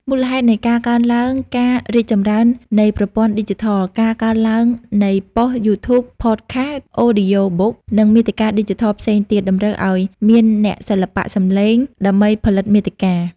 មូលហេតុនៃការកើនឡើងការរីកចម្រើននៃប្រព័ន្ធឌីជីថល ការកើនឡើងនៃប៉ុស្តិ៍ យូធូប ផតខាស់ អូឌីយ៉ូប៊ុក និងមាតិកាឌីជីថលផ្សេងទៀត តម្រូវឲ្យមានអ្នកសិល្បៈសំឡេងដើម្បីផលិតមាតិកា។